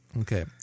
Okay